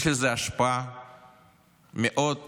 יש לזה השפעה מהותית